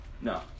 No